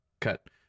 cut